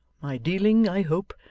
my dealing, i hope,